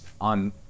on